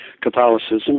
Catholicism